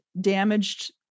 damaged